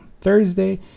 thursday